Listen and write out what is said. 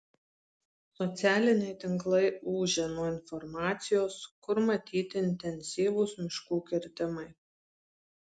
socialiniai tinklai ūžia nuo informacijos kur matyti intensyvūs miškų kirtimai